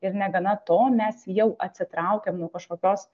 ir negana to mes jau atsitraukiam nuo kažkokios